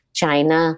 China